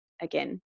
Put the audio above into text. again